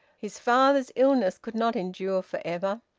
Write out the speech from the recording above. his father's illness could not endure for ever.